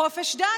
חופש דת.